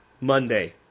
Monday